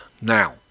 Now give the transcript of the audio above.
Now